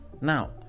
Now